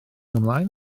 ymlaen